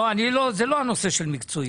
לא, זה לא הנושא של מקצועי.